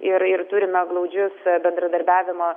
ir ir turime glaudžius bendradarbiavimo